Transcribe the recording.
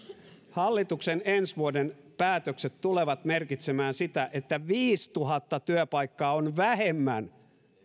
hallituksen ensi vuoden päätökset tulevat merkitsemään sitä että viisituhatta työpaikkaa on vähemmän